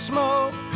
smoke